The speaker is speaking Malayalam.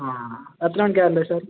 ആ എത്ര മണിക്കാണ് വരേണ്ടത് സർ